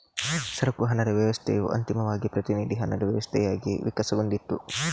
ಸರಕು ಹಣದ ವ್ಯವಸ್ಥೆಯು ಅಂತಿಮವಾಗಿ ಪ್ರತಿನಿಧಿ ಹಣದ ವ್ಯವಸ್ಥೆಯಾಗಿ ವಿಕಸನಗೊಂಡಿತು